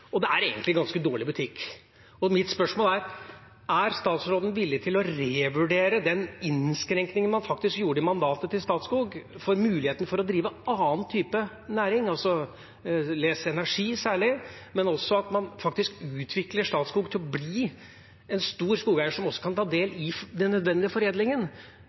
og det er egentlig ganske dårlig butikk. Mitt spørsmål er: Er statsråden villig til å revurdere den innskrenkningen man faktisk gjorde i mandatet til Statskog for muligheten for å drive annen type næring – les: energi, særlig – men også faktisk å utvikle Statskog til å bli en stor skogeier som også kan ta del i den nødvendige foredlingen?